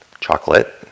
chocolate